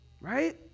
Right